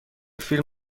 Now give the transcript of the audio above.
فیلم